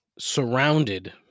surrounded